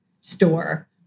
store